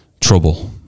trouble